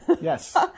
yes